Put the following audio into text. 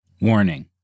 Warning